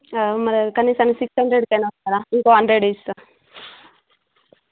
మరది కనీసం సిక్స్ హండ్రెడ్కైనా వస్తారా ఇంకోక హండ్రెడ్ ఇస్తాను